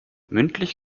mündlich